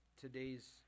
today's